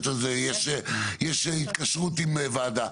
שיש התקשרות עם וועדה.